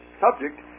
subject